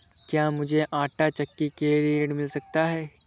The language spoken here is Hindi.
क्या मूझे आंटा चक्की के लिए ऋण मिल सकता है?